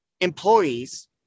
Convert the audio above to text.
employees